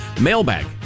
mailbag